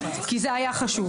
כי זה היה חשוב.